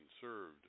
served